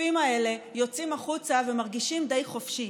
התוקפים האלה יוצאים החוצה ומרגישים די חופשי.